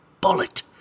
bullet